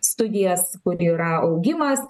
studijas kur yra augimas